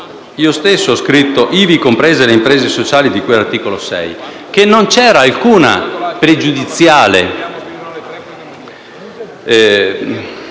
io stesso ho scritto «ivi comprese le imprese sociali di cui all'articolo 6» - che non c'era alcuna pregiudiziale